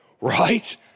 right